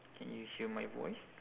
can you hear my voice